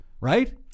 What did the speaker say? Right